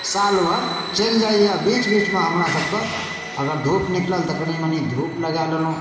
सालभरि चलि जाइए बीच बीचमे हमरासभके अगर धूप निकलल तऽ कनि मनि धूप लगा लेलहुँ